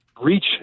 reach